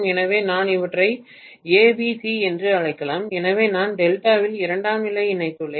எனவே நான் இவற்றை ஏ பி சி என்று அழைக்கலாம் எனவே நான் டெல்டாவில் இரண்டாம் நிலையை இணைத்துள்ளேன்